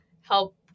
help